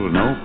no